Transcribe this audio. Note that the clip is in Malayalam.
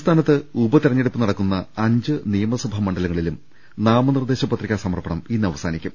സംസ്ഥാനത്ത് ഉപതെരഞ്ഞെടുപ്പ് നടക്കുന്ന അഞ്ച് നിയമസഭാ മണ്ഡ ലങ്ങളിലും നാമനിർദ്ദേശ പത്രികാ സമർപ്പണം ഇന്ന് അവസാനിക്കും